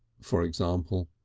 for example.